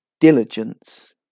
diligence